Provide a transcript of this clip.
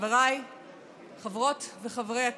חבריי חברות וחברי הכנסת,